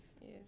Yes